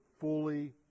fully